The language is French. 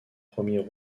premier